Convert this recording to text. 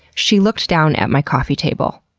she looked down at my coffee table,